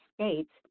States